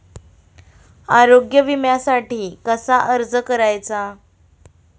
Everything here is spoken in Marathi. आरोग्य विम्यासाठी कसा अर्ज करायचा?